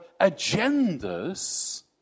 agendas